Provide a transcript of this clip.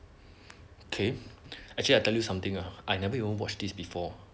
okay actually I tell you something ah I never even watch this before